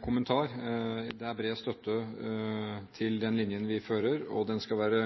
kommentar. Det er bred støtte til den linjen vi fører, og den skal være